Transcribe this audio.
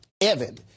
Evan